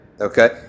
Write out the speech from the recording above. okay